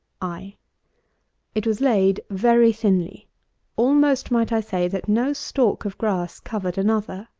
i it was laid very thinly almost might i say, that no stalk of grass covered another.